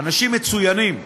אנשים מצוינים,